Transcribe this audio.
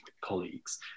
colleagues